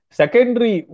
secondary